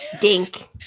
dink